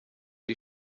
die